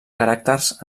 caràcters